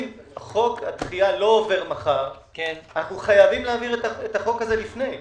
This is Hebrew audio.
אם חוק הדחייה לא עובר מחר אנחנו חייבים להעביר את החוק הזה לפני כן,